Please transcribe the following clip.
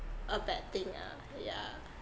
a bad thing ah yeah